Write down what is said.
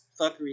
fuckery